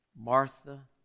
Martha